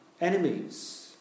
enemies